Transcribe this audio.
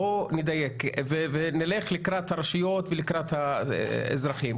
בוא נדייק ונלך לקראת הרשויות ולקראת האזרחים.